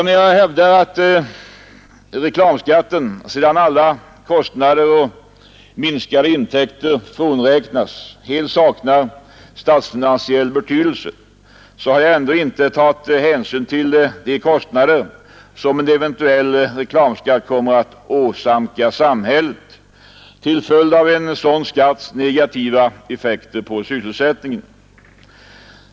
När jag hävdar att reklamskatten sedan alla kostnader och minskade intäkter frånräknats helt saknar statsfinansiell betydelse, har jag ändå inte tagit hänsyn till de kostnader som en eventuell reklamskatt kommer att åsamka samhället till följd av en sådan skatts negativa effekter på sysselsättningen.